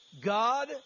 God